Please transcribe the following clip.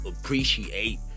appreciate